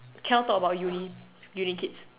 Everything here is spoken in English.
cannot talk about uni uni kids